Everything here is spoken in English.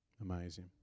Amazing